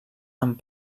amb